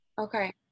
okay